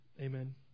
amen